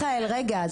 מיכאל רגע,